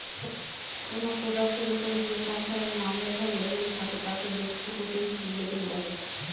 কোনো প্রোডাক্টের ওপরে যে কোম্পানির নাম লেখার লেবেল থাকে তাকে ডেস্ক্রিপটিভ লেবেল বলে